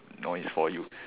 noise for you